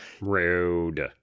Rude